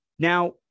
Now